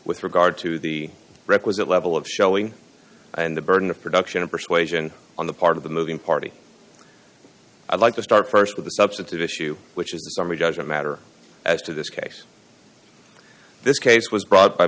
with regard to the requisite level of showing and the burden of production of persuasion on the part of the moving party i'd like to start st with the substantive issue which is a summary judgment matter as to this case this case was brought by